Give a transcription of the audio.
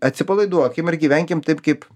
atsipalaiduokim ir gyvenkim taip kaip